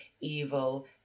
evil